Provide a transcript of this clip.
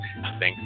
Thanks